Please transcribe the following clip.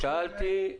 שאלתי.